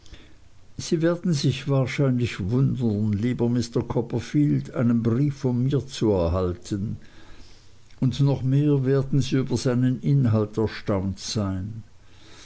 sie werden sich wahrscheinlich wundern lieber mr copperfield einen brief von mir zu erhalten noch mehr werden sie über seinen inhalt erstaunt sein